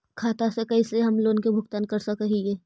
खाता से कैसे हम लोन के भुगतान कर सक हिय?